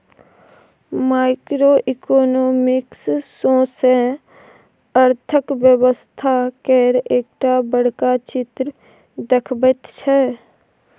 micro economics सौसें अर्थक व्यवस्था केर एकटा बड़का चित्र देखबैत छै